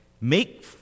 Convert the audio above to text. Make